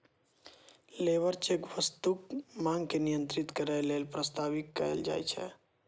labour check वस्तुक मांग के नियंत्रित करै लेल प्रस्तावित कैल जाइ छै